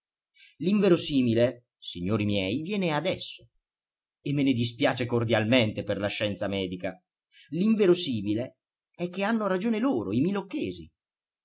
l'inverosimile signori miei viene adesso e me ne dispiace cordialmente per la scienza medica l'inverosimile è che hanno ragione loro i